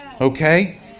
Okay